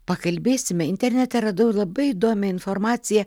pakalbėsime internete radau labai įdomią informaciją